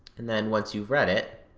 and then once you've read it,